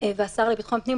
עם כל הכבוד להם,